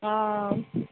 आं